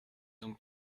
donc